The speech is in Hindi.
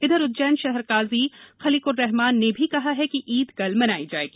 इधर उज्जव्व शहर काजी खलिर्क्रहमान न भी कहा ह कि ईद कल मनाई जाएगी